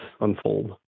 unfold